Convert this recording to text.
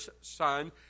son